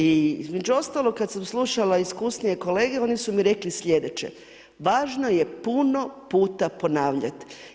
Između ostaloga, kad sam slušala iskusnije kolege, oni su mi rekli slijedeće: važno je puno puta ponavljati.